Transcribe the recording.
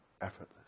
effortless